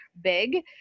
big